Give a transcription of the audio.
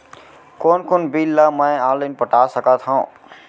कोन कोन बिल ला मैं ऑनलाइन पटा सकत हव?